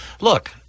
Look